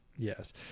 Yes